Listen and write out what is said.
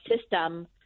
system